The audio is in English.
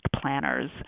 planners